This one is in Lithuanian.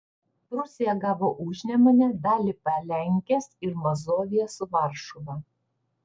prūsija gavo užnemunę dalį palenkės ir mazoviją su varšuva